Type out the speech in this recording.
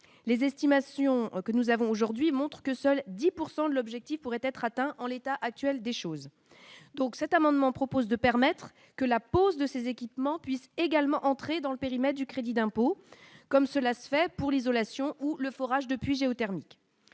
les estimations que nous avons aujourd'hui montrent que seuls 10 pourcent de l'objectif pourrait être atteint en l'état actuel des choses, donc cet amendement propose de permettre que la pose de ces équipements puisse également entrer dans le périmètre du crédit d'impôt, comme cela se fait pour l'isolation ou le forage depuis géothermique